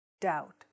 Doubt